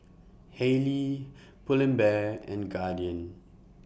Haylee Pull and Bear and Guardian